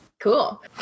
Cool